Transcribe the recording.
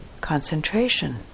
concentration